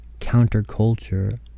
counterculture